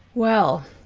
well,